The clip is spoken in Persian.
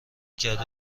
کردی